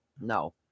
No